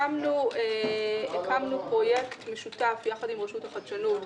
הקמנו פרויקט משותף, ביחד עם רשות החדשנות,